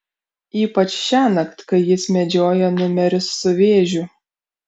ypač šiąnakt kai jis medžioja numerius su vėžiu